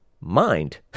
mind